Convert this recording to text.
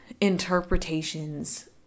interpretations